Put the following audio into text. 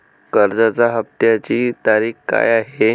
कर्जाचा हफ्त्याची तारीख काय आहे?